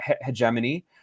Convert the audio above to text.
hegemony